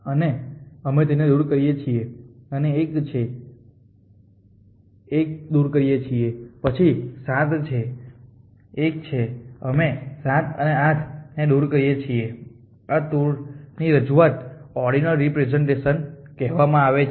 અને અમે તેને દૂર કરીએ છીએ અને 1 જે 1 છે તો 1 ને દૂર કરીએ છીએ પછી 7 જે 1 છે અમે 7 અને 8 ને દૂર કરીએ છીએ આ ટૂરની રજૂઆતને ઓર્ડીનલ રિપ્રેસેંટેશન કહેવામાં આવે છે